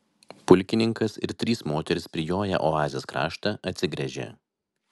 pulkininkas ir trys moterys prijoję oazės kraštą atsigręžė